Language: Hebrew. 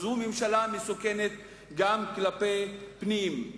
זו ממשלה מסוכנת גם כלפי פנים.